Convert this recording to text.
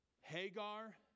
Hagar